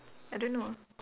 I don't know